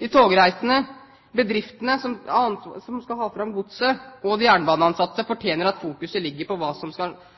De togreisende, bedriftene som skal ha fram godset og de jernbaneansatte fortjener at det fokuseres på hva som skjer og skal